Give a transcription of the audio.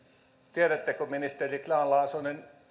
tiedättekö ministeri grahn laasonen